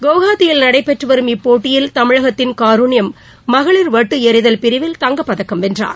குவஹாத்தியில் நடைபெற்று வரும் இப்போட்டியில் தமிழகத்தின் காருண்யம் மகளிர் வட்டு எறிதல் பிரிவில் தங்கப்பதக்கம் வென்றார்